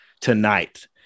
tonight